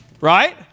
right